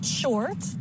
short